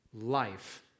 life